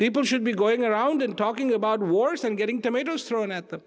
people should be going around and talking about wars and getting tomatoes thrown at them